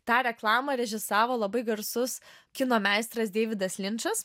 tą reklamą režisavo labai garsus kino meistras deividas linčas